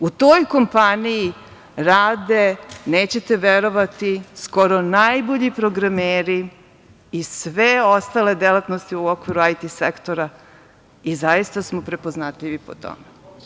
U toj kompaniji rade, nećete verovati, skoro najbolji programeri i sve ostale delatnosti u okviru IT sektora i zaista smo prepoznatljivi po tome.